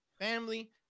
family